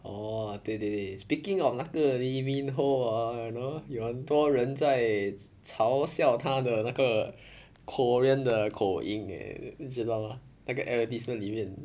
orh 对对对 speaking of 那个 lee min ho ah you know 有很多人在嘲笑他的那个 korean 的口音 leh 你知道吗那个 advertisement 里面